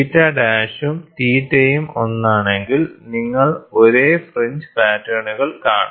തീറ്റ ഡാഷും തീറ്റയും ഒന്നാണെങ്കിൽ നിങ്ങൾ ഒരേ ഫ്രിഞ്ച് പാറ്റേണുകൾ കാണും